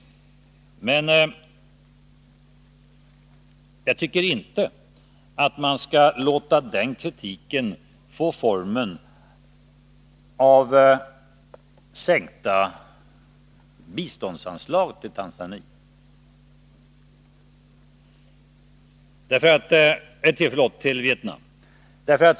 Men jag anser inte att man skall låta den kritiken få formen av sänkta biståndsanslag till Vietnam.